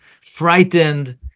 frightened